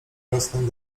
rosną